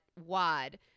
wad